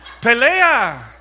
Pelea